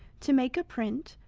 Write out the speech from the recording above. to make a print,